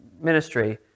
ministry